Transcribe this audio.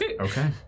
Okay